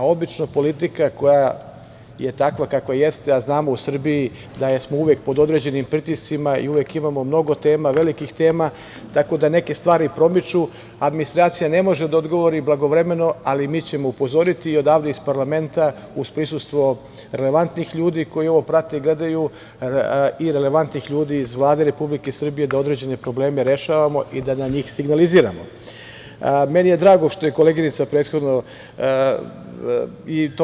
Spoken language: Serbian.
Obično politika, koja je takva kakva jeste, a znamo da smo u Srbiji uvek pod određenim pritiscima i uvek imamo mnogo tema, velikih tema, tako da neke stvari promiču, administracija ne može da odgovori blagovremeno, ali mi ćemo upozoriti odavde iz parlamenta, uz prisustvo relevantnih ljudi koji ovo prate i gledaju i relevantnih ljudi iz Vlade Republike Srbije, da određene probleme rešavamo i da na njih signaliziramo.